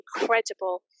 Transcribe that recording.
incredible